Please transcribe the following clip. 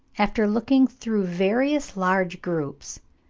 after looking through various large groups,